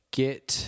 get